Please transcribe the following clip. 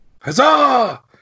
Huzzah